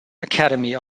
academy